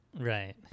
Right